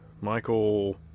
Michael